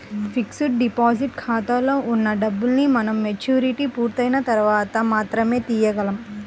fixed deposit ఖాతాలో ఉన్న డబ్బుల్ని మనం మెచ్యూరిటీ పూర్తయిన తర్వాత మాత్రమే తీయగలం